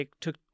took